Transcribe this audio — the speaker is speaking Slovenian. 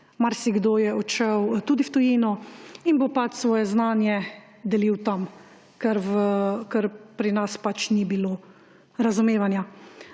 Marsikdo je odšel tudi v tujino in bo svoje znanje delil tam, ker pri nas ni bilo razumevanja.